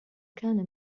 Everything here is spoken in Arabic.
كان